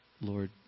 Lord